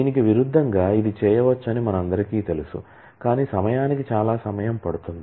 దీనికి విరుద్ధంగా ఇది చేయవచ్చని మనందరికీ తెలుసు కానీ సమయానికి చాలా సమయం పడుతుంది